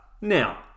Now